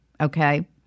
Okay